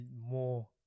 more